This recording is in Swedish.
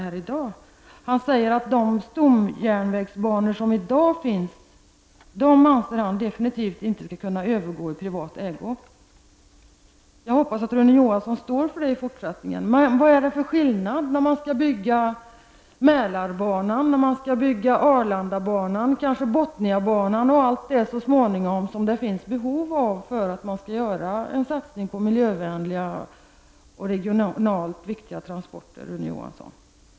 Han säger att de stomjärnvägsbanor som i dag finns definitivt inte skall kunna övergå i privat ägo. Jag hoppas att Rune Johansson står för det i fortsättningen. Vad är det för skillnad när man skall bygga Mälarbanan, Arlandabanan, kanske Bothniabanan och allt det som det finns behov av för att man skall göra en satsning på miljövänliga och regionalt viktiga transporter, Rune Johansson?